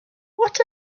what